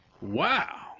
wow